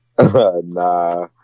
Nah